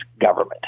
government